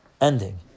ending